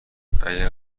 اگه